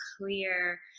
clear